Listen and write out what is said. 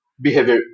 behavior